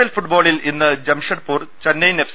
L ഫുട് ബോളിൽ ഇന്ന് ജംഷഡ്പൂർ ചെന്നൈയിൻ എഫ്